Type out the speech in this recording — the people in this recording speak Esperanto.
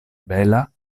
bela